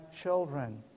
children